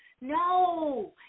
No